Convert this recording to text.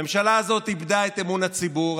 הממשלה הזאת איבדה את אמון הציבור.